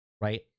right